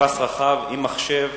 בפס רחב, עם מחשב,